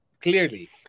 clearly